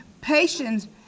Patience